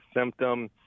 symptom